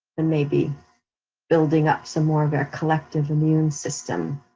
and maybe building up some more of our collective immune system.